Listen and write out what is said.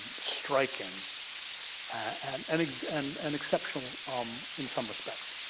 striking and and and and exceptional um in some respects.